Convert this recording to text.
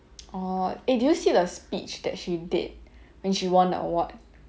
orh eh did you see the speech that she did when she won the award